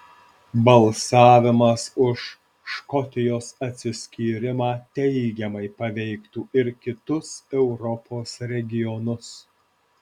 balsavimas už škotijos atsiskyrimą teigiamai paveiktų ir kitus europos regionus